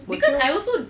bo jio